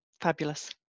fabulous